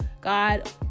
God